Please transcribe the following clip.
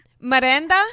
Miranda